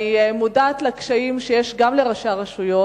אני מודעת לקשיים שיש גם לראשי הרשויות